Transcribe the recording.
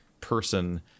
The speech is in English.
person